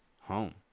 home